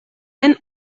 den